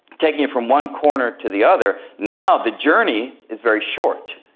taking it from one corner to the other, now the journey is very short.